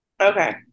Okay